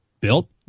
built